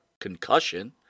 concussion